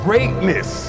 Greatness